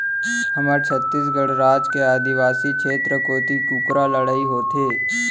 हमर छत्तीसगढ़ राज के आदिवासी छेत्र कोती कुकरा लड़ई होथे